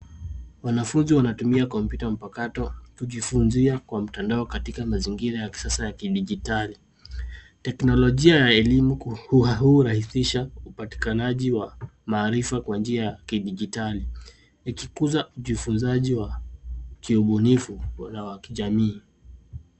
Wanafunzi wanatumia kompyuta mpakato kujifunzia kwa mtandao katika mazingira ya kisasa ya kidijitali. Teknolojia ya elimu hurahisisha upatikanaji wa maarifa kwa njia ya kidijitali, ikikuza ujifunzaji wa kiubunifu bora wa kijamii.